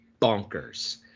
bonkers